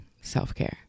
self-care